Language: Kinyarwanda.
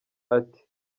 ati